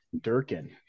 Durkin